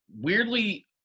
weirdly